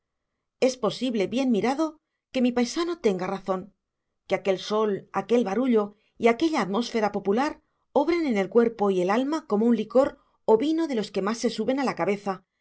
es posible bien mirado que mi paisano tenga razón que aquel sol aquel barullo y aquella atmósfera popular obren sobre el cuerpo y el alma como un licor o vino de los que más se suben a la cabeza